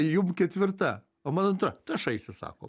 jum ketvirta o man antra tai aš eisiu sako